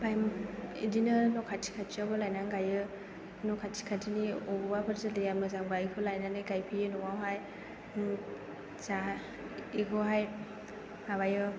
ओमफ्राय बिदिनो न' खाथि खाथियावबो लायनानै गायो न' खाथि खाथिनि बबेबाफोर जोलैया मोजांबा बेखौ लायनानै गायफैयो न'आवहाय बेखौहाय माबायो